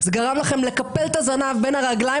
זה גרם לכם לקפל את הזנב בין הרגליים